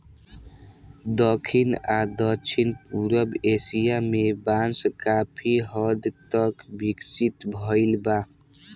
दखिन आ दक्षिण पूरब एशिया में बांस काफी हद तक विकसित भईल बा